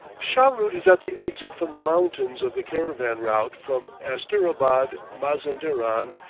shahrood is at the exit from the mountains of the caravan route from asterabad, mazanderan,